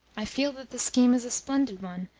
i feel that the scheme is a splendid one,